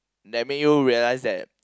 that make you realise that